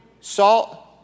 salt